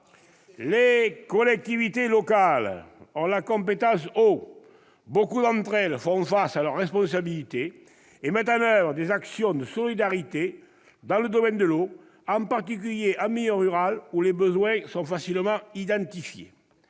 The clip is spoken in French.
Les collectivités locales ont la compétence « eau ». Beaucoup d'entre elles assument leurs responsabilités et mettent en oeuvre des actions de solidarité dans le domaine de l'eau, en particulier en milieu rural, où les besoins sont facilement identifiés.